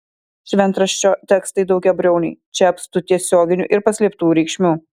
šventraščio tekstai daugiabriauniai čia apstu tiesioginių ir paslėptų reikšmių